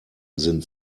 sind